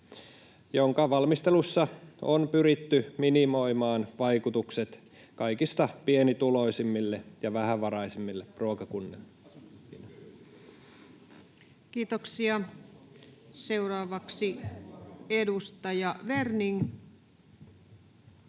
jonka valmistelussa on pyritty minimoimaan vaikutukset kaikista pienituloisimpiin ja vähävaraisimpiin ruokakuntiin. Kiitoksia. — Seuraavaksi edustaja Werning.